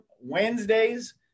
Wednesdays